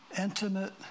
intimate